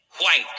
white